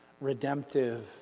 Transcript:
redemptive